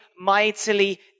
mightily